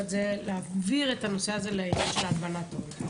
ולהעביר את הנושא הזה לנושא של הלבנת הון.